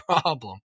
problem